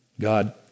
God